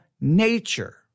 Nature